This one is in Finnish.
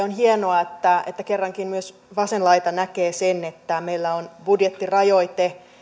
on hienoa että että kerrankin myös vasen laita näkee sen että meillä on budjettirajoite